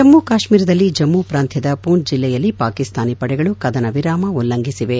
ಜಮ್ಮು ಕಾಶ್ಮೀರದಲ್ಲಿ ಜಮ್ಮು ಪ್ರಾಂತ್ಯದ ಪೂಂಭ್ ಜಿಲ್ಲೆಯಲ್ಲಿ ಪಾಕಿಸ್ತಾನಿ ಪಡೆಗಳು ಕದನ ವಿರಾಮ ಉಲ್ಲಂಘಿಸಿವೆ